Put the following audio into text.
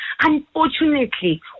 Unfortunately